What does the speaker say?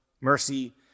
Mercy